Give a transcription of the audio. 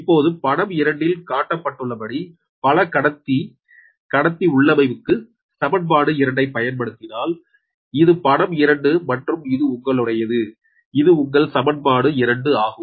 இப்போது படம் 2 இல் காட்டப்பட்டுள்ளபடி பல கடத்தி கடத்தி உள்ளமைவுக்கு சமன்பாடு 2 ஐப் பயன்படுத்தினால் இது படம் 2 மற்றும் இது உங்களுடையது இது உங்கள் சமன்பாடு 2 ஆகும்